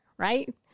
Right